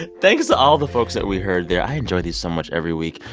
thanks to all the folks that we heard there. i enjoy these so much every week.